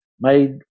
made